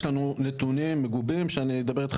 יש לנו נתונים מגובים שאני אדבר איתך